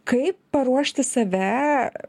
kaip paruošti save